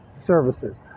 services